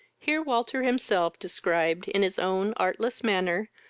here walter himself described, in his own artless manner,